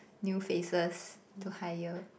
new faces to hire